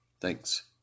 Thanks